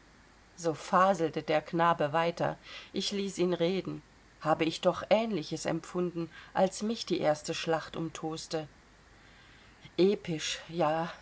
so faselte der knabe weiter ich ließ ihn reden habe ich doch ähnliches empfunden als mich die erste schlacht umtoste episch ja